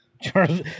Charles